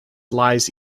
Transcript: lies